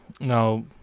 Now